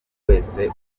wese